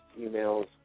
emails